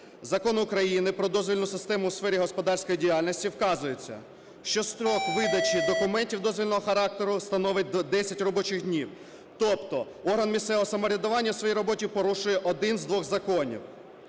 Закону України "Про дозвільну систему у сфері господарської діяльності" вказується, що строк видачі документів дозвільного характеру становить 10 робочих днів. Тобто орган місцевого самоврядування у своїй роботі порушує один з двох законів.